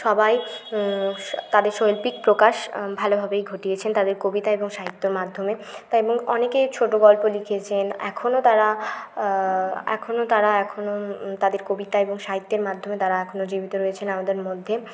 সবাই তাদের শৈল্পিক প্রকাশ ভালোভাবেই ঘটিয়েছেন তাদের কবিতা এবং সাহিত্যর মাধ্যমে তা এবং অনেকেই ছোটো গল্প লিখেছেন এখনও তারা এখনও তারা এখনও তাদের কবিতা এবং সাহিত্যের মাধ্যমে তারা এখনও জীবিত রয়েছেন আমাদের মধ্যে